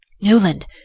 Newland